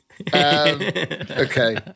Okay